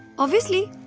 obviously,